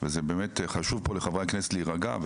וזה באמת חשוב פה לחברי הכנסת להירגע,